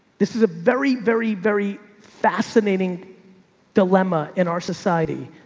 this is a very, very, very fascinating dilemma in our society.